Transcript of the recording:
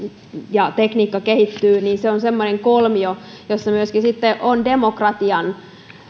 ja tekniikka kehittyy niin se on semmoinen kolmio jossa on myöskin demokratian